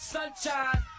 Sunshine